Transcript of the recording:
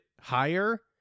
higher